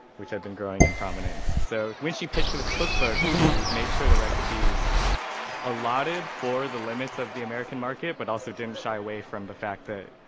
which had been growing in prominence. so when she pitched this cookbook, she made sure the recipes allotted for the limits of the american market but also didn't shy away from the fact that,